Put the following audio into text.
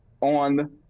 on